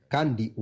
Kandi